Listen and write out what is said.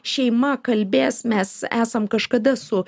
šeima kalbės mes esam kažkada su